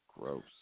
Gross